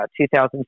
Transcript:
2,000